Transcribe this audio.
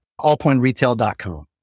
Allpointretail.com